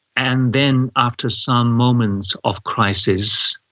and then after some moments of crisis,